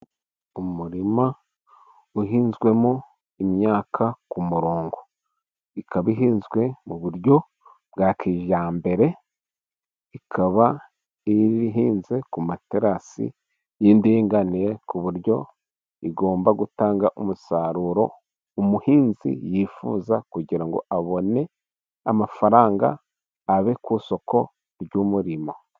Umurima uhinzwemo imyaka ku murongo . Ikaba ihinzwe mu buryo bwa kijyambere , ikaba ihinze ku materasi y'indinganire ku buryo igomba gutanga umusaruro umuhinzi yifuza ,kugira ngo abone amafaranga abe ku isoko ry'umurimo.